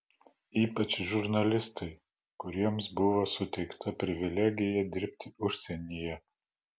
ypač žurnalistai kuriems buvo suteikta privilegija dirbti užsienyje